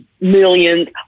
millions